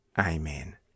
Amen